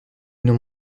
n’ont